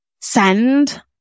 send